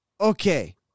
okay